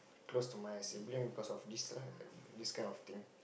close to my sibling because of this lah this kind of thing